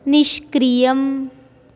निष्क्रियम्